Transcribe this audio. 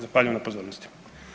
Zahvaljujem na pozornosti.